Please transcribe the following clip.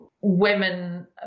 women